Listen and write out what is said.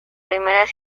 primeras